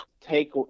take